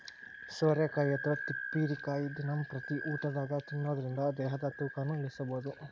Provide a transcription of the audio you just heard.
ಸೋರೆಕಾಯಿ ಅಥವಾ ತಿಪ್ಪಿರಿಕಾಯಿ ದಿನಂಪ್ರತಿ ಊಟದಾಗ ತಿನ್ನೋದರಿಂದ ದೇಹದ ತೂಕನು ಇಳಿಸಬಹುದು